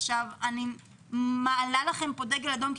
אבל אני מרימה פה דגל אדום,